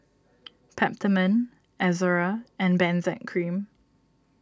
Peptamen Ezerra and Benzac Cream